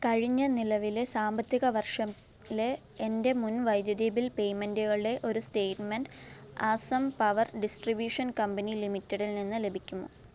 കഴിഞ്ഞ നിലവിലെ സാമ്പത്തിക വർഷം ലെ എന്റെ മുൻ വൈദ്യുതി ബിൽ പേമെൻറ്റുകളെ ഒരു statement Assam power distribution company ലിമിറ്റഡിൽ നിന്ന് ലഭിക്കുമോ